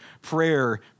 prayer